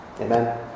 Amen